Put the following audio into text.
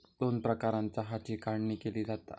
दोन प्रकारानं चहाची काढणी केली जाता